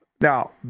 Now